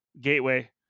Gateway